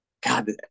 God